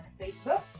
Facebook